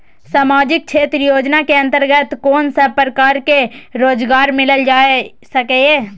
सामाजिक क्षेत्र योजना के अंतर्गत कोन सब प्रकार के रोजगार मिल सके ये?